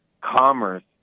commerce